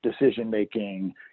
decision-making